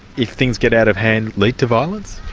if things get out of hand, lead to violence?